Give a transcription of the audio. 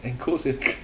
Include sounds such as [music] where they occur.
enclosed area [noise]